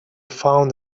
found